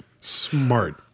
Smart